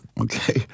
Okay